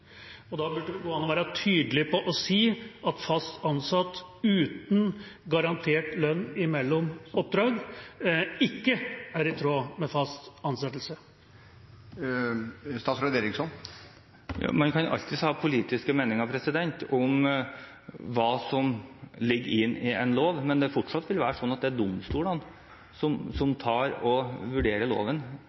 burde gå an å være tydelig og si at fast ansettelse uten garantert lønn mellom oppdrag ikke er i tråd med reglene for fast ansettelse. Man kan alltids ha politiske meninger om hva som ligger i en lov, men det vil fortsatt være slik at det er domstolene som